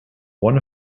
one